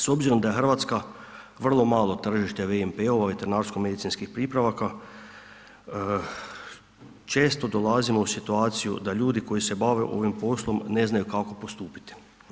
S obzirom da je Hrvatska vrlo malo tržište VMP-a, veterinarsko-medicinskih pripravaka, često dolazimo u situaciju da ljudi koji se bave ovim poslom ne znaju kako postupiti.